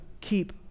keep